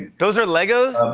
those are legos?